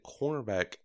cornerback